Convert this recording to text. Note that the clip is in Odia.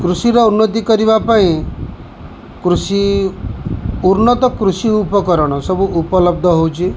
କୃଷିର ଉନ୍ନତି କରିବା ପାଇଁ କୃଷି ଉନ୍ନତ କୃଷି ଉପକରଣ ସବୁ ଉପଲବ୍ଧ ହେଉଛି